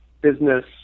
business